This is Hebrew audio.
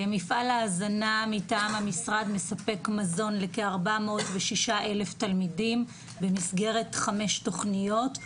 מפעל ההזנה מטעם המשרד מספק מזון לכ-406,000 תלמידים במסגרת חמש תכניות,